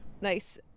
Nice